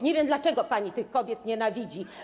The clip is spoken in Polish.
Nie wiem, dlaczego pani tak kobiet nienawidzi.